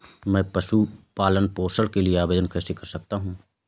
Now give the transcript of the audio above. मैं पशु पालन पोषण के लिए आवेदन कैसे कर सकता हूँ?